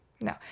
No